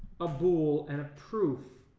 a bool, and a proof